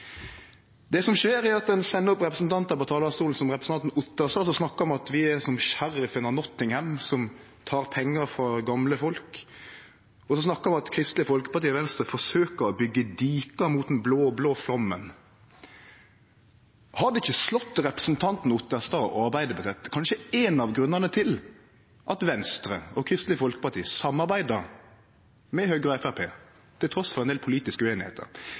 Det som skjer, er at ein sender opp representantar på talarstolen, som representanten Otterstad, som snakkar om at vi er som sheriffen av Nottingham, som tek pengar frå gamle folk, og som snakkar om at Kristeleg Folkeparti og Venstre forsøkjer å byggje dike mot den blå-blå flaumen. Har det ikkje slått representanten Otterstad og Arbeidarpartiet at kanskje ein av grunnane til at Venstre og Kristeleg Folkeparti samarbeider med Høgre og Framstegspartiet, trass ein del politiske ueinigheiter,